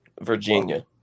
Virginia